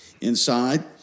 inside